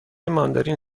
ماندارین